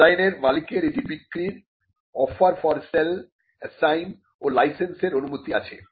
ডিজাইনের মালিকের এটি বিক্রির অফার ফর সেল অ্যাসাইন ও লাইসেন্স এর অনুমতি আছে